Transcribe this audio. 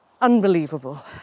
unbelievable